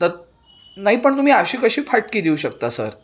ते नाही पण तुम्ही अशी कशी फाटकी देऊ शकता सर